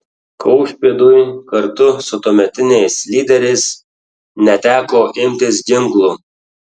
kaušpėdui kartu su tuometiniais lyderiais neteko imtis ginklų